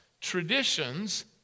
traditions